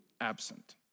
absent